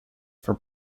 for